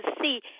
see